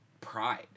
pride